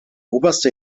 oberste